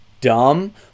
dumb